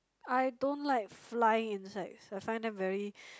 I don't like flying insects I find them very